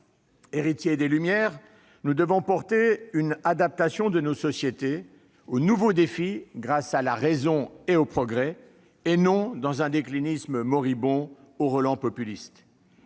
Héritiers des Lumières, nous devons porter une adaptation de nos sociétés aux nouveaux défis grâce à la raison et au progrès, et non sombrer dans un déclinisme moribond, aux relents populistes.